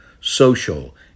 social